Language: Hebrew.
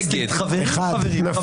נפל.